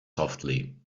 softly